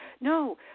no